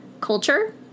culture